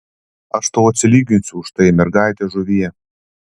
aš tau atsilyginsiu už tai mergaite žuvie